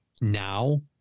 now